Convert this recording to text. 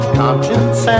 conscience